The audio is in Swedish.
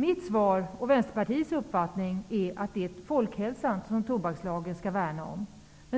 Mitt svar och Vänsterpartiets uppfattning är att det är folkhälsan som tobakslagen skall värna om.